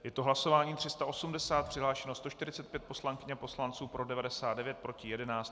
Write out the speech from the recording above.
Je to hlasování 380, přihlášeno 145 poslankyň a poslanců, pro 99, proti 11.